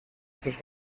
estos